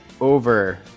over